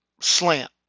slant